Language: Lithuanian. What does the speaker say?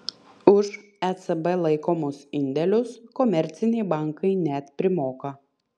už ecb laikomus indėlius komerciniai bankai net primoka